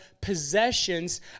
possessions